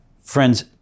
Friends